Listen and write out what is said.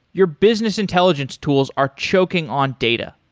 your business intelligence tools are choking on data.